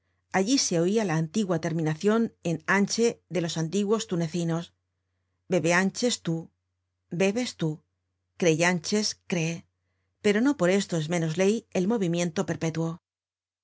allí se oia la antigua terminacion en anche de los antiguos tunecinos bebeanches tú bebes tú creíanches cree pero no por esto es menos ley el movimiento perpetuo si